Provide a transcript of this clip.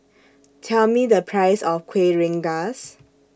Tell Me The Price of Kuih Rengas